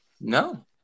No